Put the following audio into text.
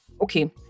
Okay